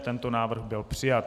Tento návrh byl přijat.